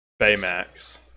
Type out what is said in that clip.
Baymax